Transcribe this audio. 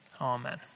Amen